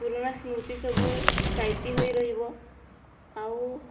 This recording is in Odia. ପୁରୁଣା ସ୍ମୃତି ସବୁ ସାଇତି ହୋଇ ରହିବ ଆଉ